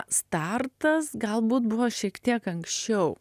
startas galbūt buvo šiek tiek anksčiau